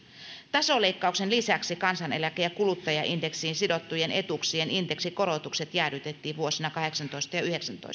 tasoleikkauksen lisäksi kansaneläke ja kuluttajaindeksiin sidottujen etuuksien indeksikorotukset jäädytetään vuosina kaksituhattakahdeksantoista ja kaksituhattayhdeksäntoista